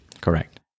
Correct